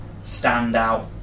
standout